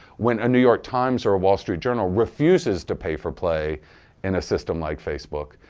when a new york times or a wall street journal refuses to pay for play in a system like facebook.